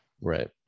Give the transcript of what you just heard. right